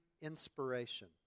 inspiration